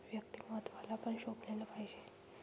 व्यक्तिमत्त्वाला पण शोभलेला पाहिजे